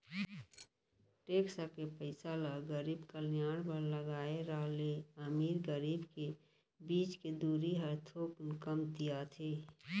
tax के पइसा ल गरीब कल्यान बर लगाए र ले अमीर गरीब के बीच के दूरी ह थोकिन कमतियाथे